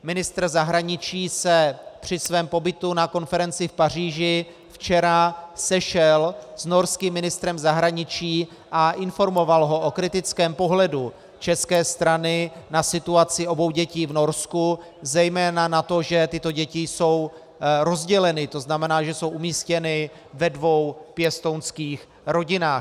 Ministr zahraniční se při svém pobytu na konferenci v Paříži včera sešel s norským ministrem zahraničí a informoval ho o kritickém pohledu české strany na situaci obou dětí v Norsku, zejména na to, že tyto děti jsou rozděleny, tzn. že jsou umístěny ve dvou pěstounských rodinách.